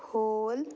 whole